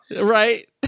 Right